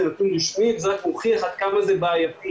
זה נתון רשמי וזה רק מוכיח עד כמה זה בעייתי,